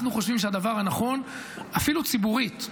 אנחנו חושבים שהדבר הנכון אפילו ציבורית,